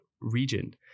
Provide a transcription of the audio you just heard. Region